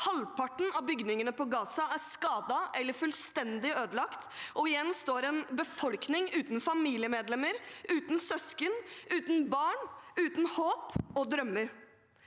Halvparten av bygningene i Gaza er skadet eller fullstendig ødelagt, og igjen står en befolkning uten familiemedlemmer, uten søsken, uten barn og uten håp og drømmer.